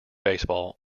baseball